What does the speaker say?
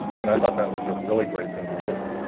and i thought that was a really great thing to do.